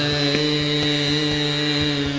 a